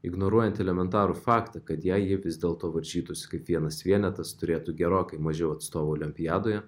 ignoruojant elementarų faktą kad jei ji vis dėlto varžytųsi kaip vienas vienetas turėtų gerokai mažiau atstovų olimpiadoje